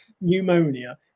pneumonia